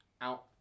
out